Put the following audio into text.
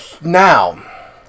Now